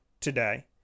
today